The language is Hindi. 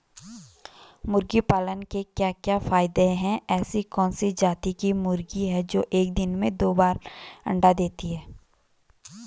मुर्गी पालन के क्या क्या फायदे हैं ऐसी कौन सी जाती की मुर्गी है जो एक दिन में दो बार अंडा देती है?